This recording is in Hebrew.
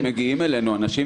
כי כשמגיעים אלינו אנשים